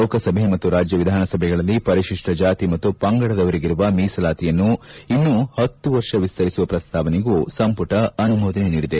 ಲೋಕಸಭೆ ಮತ್ತು ರಾಜ್ಯ ವಿಧಾನಸಭೆಗಳಲ್ಲಿ ಪರಿಶಿಷ್ಲ ಜಾತಿ ಮತ್ತು ಪಂಗಡದವರಿಗಿರುವ ಮೀಸಲಾತಿಯನ್ನು ಇನ್ನೂ ಹತ್ತು ವರ್ಷ ವಿಸ್ತರಿಸುವ ಪ್ರಸ್ತಾವನೆಗೂ ಸಂಪುಟ ಅನುಮೋದನೆ ನೀಡಿದೆ